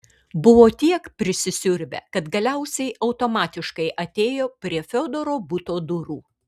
buvo tiek prisisiurbę kad galiausiai automatiškai atėjo prie fiodoro buto durų